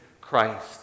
Christ